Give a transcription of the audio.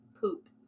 Poop